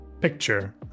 picture